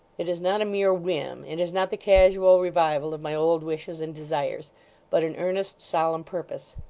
it is not a mere whim it is not the casual revival of my old wishes and desires but an earnest, solemn purpose.